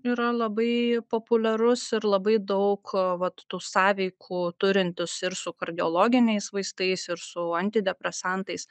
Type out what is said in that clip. yra labai populiarus ir labai daug vat tų sąveikų turintis ir su kardiologiniais vaistais ir su antidepresantais